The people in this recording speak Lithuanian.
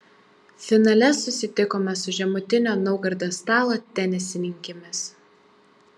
finale susitikome su žemutinio naugardo stalo tenisininkėmis